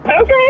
Okay